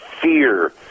fear